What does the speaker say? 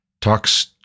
talks